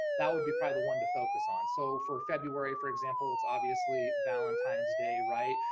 that would be probably the one to focus on. so for february, for example, it's obviously valentine's day, right?